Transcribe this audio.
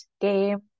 game